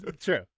True